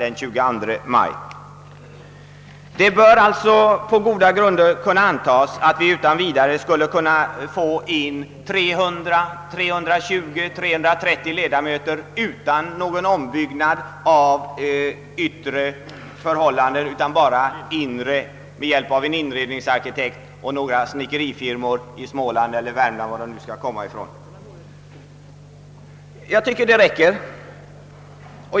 Vi kan alltså på goda grunder anta att man skulle kunna bereda plats för 300—330 ledamöter i denna lokal utan några yttre ombyggnadsarbeten, endast med en ombyggnad invändigt som kan göras med hjälp av en inredningsarkitekt och några snickerifirmor i Småland, Värmland eller någon annanstans. Det tycker jag räcker.